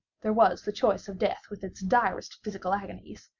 there was the choice of death with its direst physical agonies,